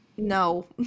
No